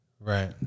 Right